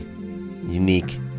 unique